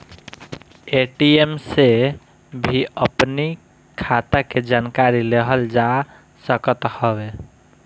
ATM से भी अपनी खाता के जानकारी लेहल जा सकत हवे